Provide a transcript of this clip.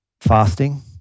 fasting